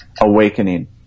awakening